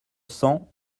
cents